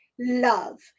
love